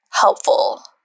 helpful